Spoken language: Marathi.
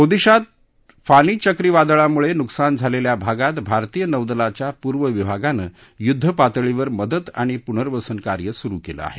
ओदिशात फोनी चक्रीवादळामुळे नुकसान झालेल्या भागात भारतीय नौदलाच्या पूर्व विभागानं युद्ध पातळीवर मदत आणि पुनर्वसन कार्य सुरु केलं आहे